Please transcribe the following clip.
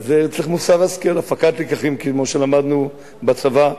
צריך מוסר השכל, הפקת לקחים, כמו שלמדנו בצבא.